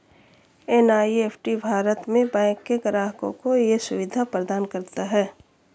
NEFT Bharat में bank के ग्राहकों को ये सुविधा प्रदान करता है